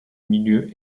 milieu